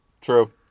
True